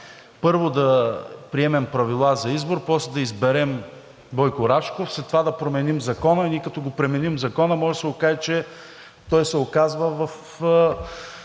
Първо, да приемем правила за избор, после да изберем Бойко Рашков, след това да променим Закона. Ние като променим Закона, може да се окаже, че той се оказва на